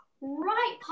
right